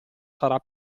sarà